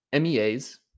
MEAs